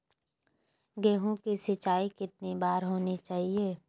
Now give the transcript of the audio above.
गेहु की सिंचाई कितनी बार होनी चाहिए?